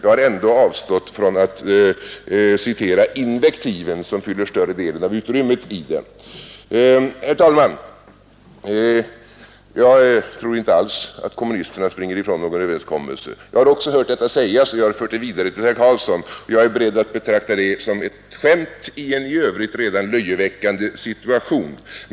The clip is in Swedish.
Jag har ändå avstått från att citera invektiven, som fyller större delen av utrymmet i den. Herr talman! Jag tror inte alls att kommunisterna springer ifrån någon överenskommelse. Jag har också hört detta sägas, och jag har fört det vidare till herr Karlsson. Jag är beredd att betrakta det som ett skämt i en i övrigt rätt löjeväckande situation.